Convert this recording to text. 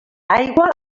aigua